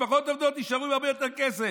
משפחות עובדות יישארו עם הרבה יותר כסף.